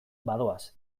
badoaz